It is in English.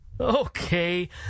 Okay